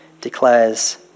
declares